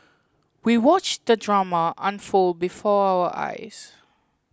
we watched the drama unfold before our eyes